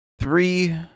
three